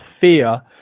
fear